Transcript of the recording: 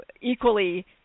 equally